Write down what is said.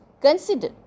Consider